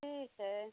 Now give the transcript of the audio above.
ठीक है